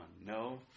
No